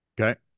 Okay